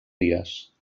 dies